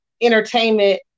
entertainment